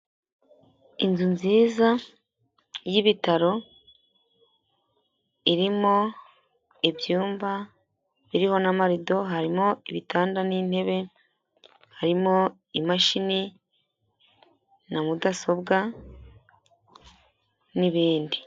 Inzu nziza y'ibitaro, irimo ibyumba biriho n'amarido, harimo ibitanda n'intebe, harimo imashini na mudasobwa n'ibindi....